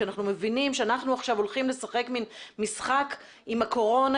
כשאנחנו מבינים שעכשיו אנחנו הולכים לשחק משחק עם הקורונה,